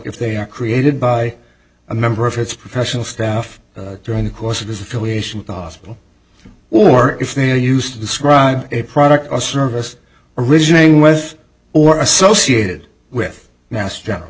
if they are created by a member of his professional staff during the course of his affiliation with the hospital or if they are used to describe a product or service originating was or associated with now is general